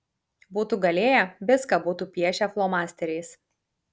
būtų galėję viską būtų piešę flomasteriais